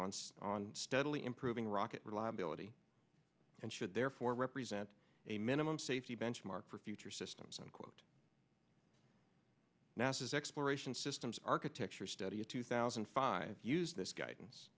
this on steadily improving rocket reliability and should therefore represent a minimum safety benchmark for future systems unquote nasa's exploration systems architecture study of two thousand and five use this guidance